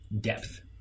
depth